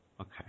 Okay